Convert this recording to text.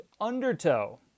Undertow